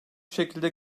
şekilde